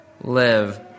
live